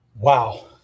Wow